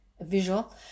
visual